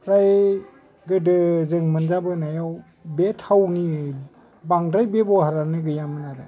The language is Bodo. फ्राय गोदो जों मोनजाबोनायाव बे थावनि बांद्राय बेबहारआनो गैयामोन आरो